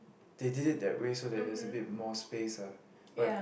they did it that way so that there's a bit more space ah but